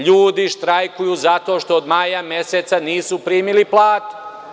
Ljudi štrajkuju zato što od maja meseca nisu primili plate.